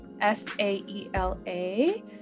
S-A-E-L-A